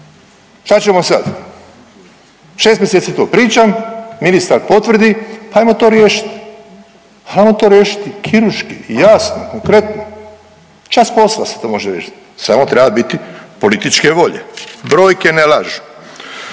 šta ćemo sad? 6 mjeseci to pričam, ministar potvrdi, pa ajmo to riješit, ajmo to riješiti kirurški i jasno, konkretno, čas posla se to može riješiti samo treba biti političke volje, brojke ne lažu.